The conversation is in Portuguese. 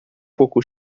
pouco